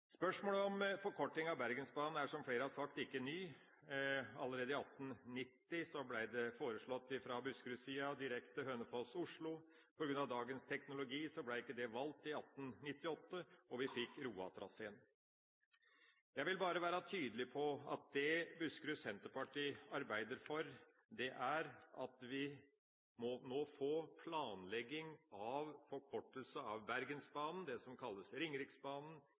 Spørsmålet om forkorting av Bergensbanen er – som flere har sagt – ikke nytt. Allerede i 1890 ble det foreslått, fra Buskerudsida, en direkterute fra Hønefoss til Oslo. På grunn av den tidas teknologi ble ikke det valgt i 1898, og vi fikk Roa-traseen. Jeg vil være tydelig på at det Buskerud Senterparti arbeider for, er at vi må gjøre ferdig planleggingen av forkortelse av Bergensbanen, det som kalles Ringeriksbanen,